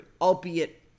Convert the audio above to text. albeit